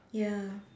ya